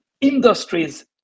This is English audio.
industries